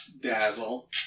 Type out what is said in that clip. Dazzle